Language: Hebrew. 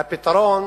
והפתרון